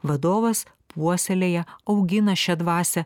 vadovas puoselėja augina šią dvasią